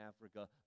Africa